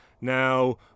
Now